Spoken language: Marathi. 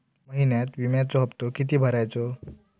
महिन्यात विम्याचो हप्तो किती भरायचो?